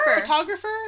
Photographer